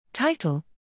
Title